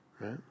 Right